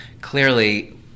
Clearly